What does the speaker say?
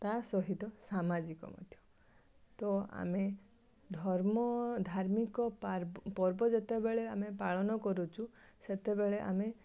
ତା ସହିତ ସାମାଜିକ ମଧ୍ୟ ତ ଆମେ ଧର୍ମ ଧାର୍ମିକ ପର୍ବ ଯେତେବେଳେ ଆମେ ପାଳନ କରୁଛୁ ସେତେବେଳେ ଆମେ